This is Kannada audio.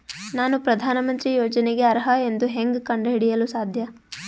ನಾನು ಪ್ರಧಾನ ಮಂತ್ರಿ ಯೋಜನೆಗೆ ಅರ್ಹ ಎಂದು ಹೆಂಗ್ ಕಂಡ ಹಿಡಿಯಲು ಸಾಧ್ಯ?